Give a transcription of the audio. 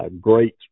great